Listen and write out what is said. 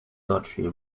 dodgy